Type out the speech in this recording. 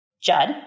Judd